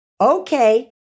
Okay